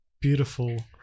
beautiful